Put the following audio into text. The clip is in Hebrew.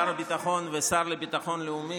שר הביטחון והשר לביטחון לאומי,